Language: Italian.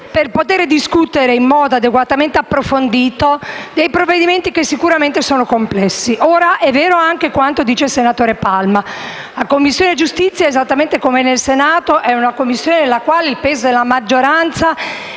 per poter discutere in modo adeguatamente approfondito dei provvedimenti che sicuramente sono complessi. È vero anche quanto afferma il senatore Palma: la Commissione giustizia, esattamente come il Senato, è una Commissione nella quale il peso della maggioranza